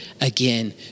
again